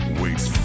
waits